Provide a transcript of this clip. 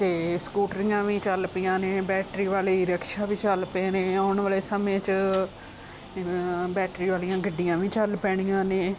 ਅਤੇ ਸਕੂਟਰੀਆਂ ਵੀ ਚੱਲ ਪਈਆਂ ਨੇ ਬੈਟਰੀ ਵਾਲੇ ਈ ਰਕਸ਼ਾ ਵੀ ਚੱਲ ਪਏ ਨੇ ਆਉਣ ਵਾਲੇ ਸਮੇਂ 'ਚ ਬੈਟਰੀ ਵਾਲੀਆਂ ਗੱਡੀਆਂ ਵੀ ਚੱਲ ਪੈਣੀਆਂ ਨੇ